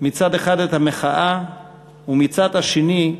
מצד אחד את המחאה ומהצד השני,